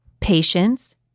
patience